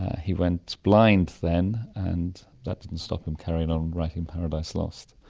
he went blind then and that didn't stop him carrying on writing paradise lost.